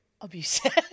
Abusive